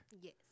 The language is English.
Yes